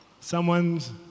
someone's